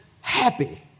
happy